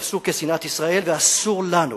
תיתפס כשנאת ישראל, ואסור לנו